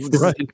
Right